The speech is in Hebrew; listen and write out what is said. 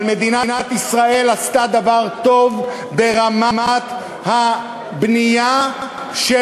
אבל מדינת ישראל עשתה דבר טוב ברמת הבנייה של